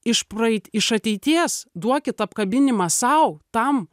iš praeit iš ateities duokit apkabinimą sau tam